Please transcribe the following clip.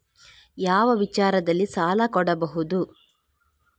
ಯಾವ ವಿಚಾರದಲ್ಲಿ ಸಾಲ ಕೊಡಬಹುದು?